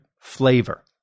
flavor